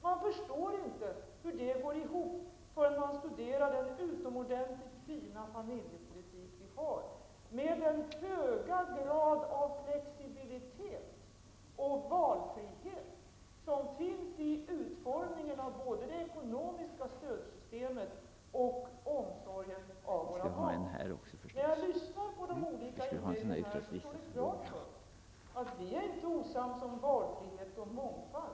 Man förstår inte hur det går ihop förrän man studerar den utomordentligt fina familjepolitik vi har, med den höga grad av flexibilitet och valfrihet som finns i utformningen av både det ekonomiska stödsystemet och omsorgen om våra barn. När jag lyssnar på de olika inläggen här står det klart för mig att vi inte är osams om valfrihet och mångfald.